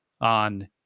on